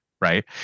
right